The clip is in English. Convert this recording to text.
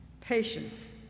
patience